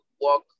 walk